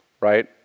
right